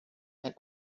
and